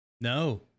No